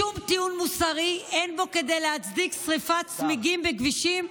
מי אמר: שום טיעון מוסרי אין בו כדי להצדיק שרפת צמיגים בכבישים,